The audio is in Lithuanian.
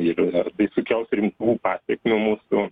ir ar tai sukels rimtų pasekmių mūsų